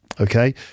Okay